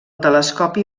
telescopi